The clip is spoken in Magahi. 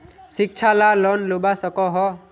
शिक्षा ला लोन लुबा सकोहो?